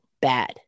bad